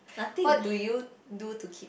what do you do to keep